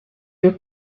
your